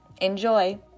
Enjoy